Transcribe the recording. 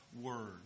word